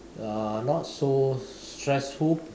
uh not so stressful